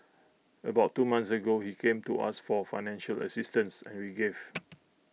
about two months ago he came to us for financial assistance and we gave